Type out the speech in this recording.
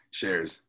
shares